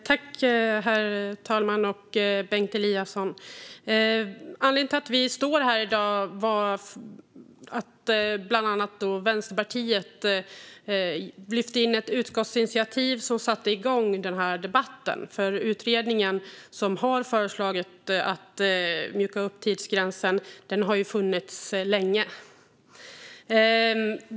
Herr talman! Anledningen till att vi står här i dag är att bland annat Vänsterpartiet deltog i ett utskottsinitiativ som satte igång debatten. Utredningen med förslag om att mjuka upp tidsgränsen har funnits länge.